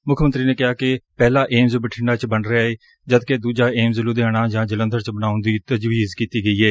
ਮੁੱਖ ਮੰਤਰੀ ਨੇ ਕਿਹਾ ਕਿ ਪਹਿਲਾਂ ਏਮਜ਼ ਬਠਿੰਡਾ ਚ ਬਣ ਰਿਹਾ ਏ ਜਦ ਕਿ ਦੂਜਾ ਏਮਜ਼ ਲੁਧਿਆਣਾ ਜਾਂ ਜਲੰਧਰ ਚ ਬਣਾਉਣ ਦੀ ਤਜਵੀਜ਼ ਕੀਡੀ ਗਈ ਏ